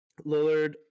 Lillard